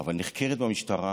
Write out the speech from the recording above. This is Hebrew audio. אבל נחקרים במשטרה,